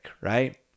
right